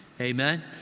Amen